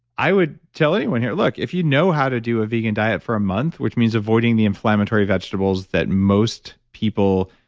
i would tell anyone here, look, if you know how to do a vegan diet for a month, which means avoiding the inflammatory vegetables that most people,